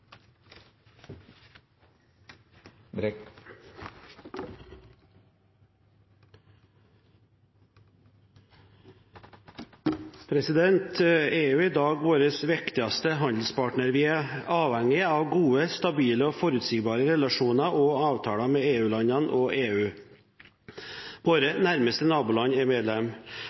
omme. EU er i dag vår viktigste handelspartner. Vi er avhengig av gode, stabile og forutsigbare relasjoner og avtaler med EU-landene og med EU. Våre nærmeste naboland er